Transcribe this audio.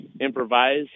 improvise